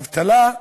אבטלה,